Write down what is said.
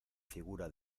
figura